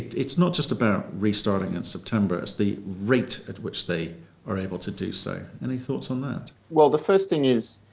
it's not just about restarting in september, it's the rate at which they are able to do so any thoughts on that? the first thing is,